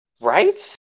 Right